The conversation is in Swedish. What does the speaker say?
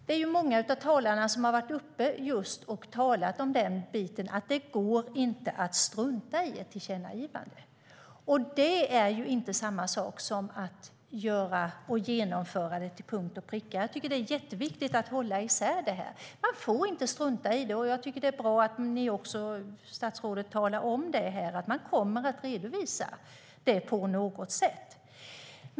Det är många av talarna som har talat om just den biten, alltså att det inte går att strunta i ett tillkännagivande. Det är ju inte samma sak som att genomföra det till punkt och pricka. Jag tycker att det är jätteviktigt att hålla isär det här. Man får inte strunta i det, och jag tycker att det är bra att statsrådet talar om att det kommer att redovisas på något sätt.